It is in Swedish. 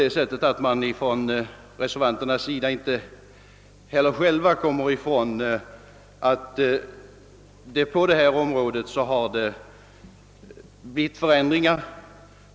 Låt mig bara få konstatera att reservanterna inte heller kan komma ifrån att det på detta område har blivit förändringar.